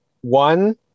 One